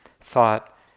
thought